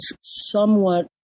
somewhat